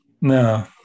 No